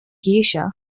geisha